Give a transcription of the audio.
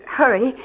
hurry